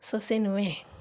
ಸೊಸೆನೂ